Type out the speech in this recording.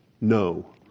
No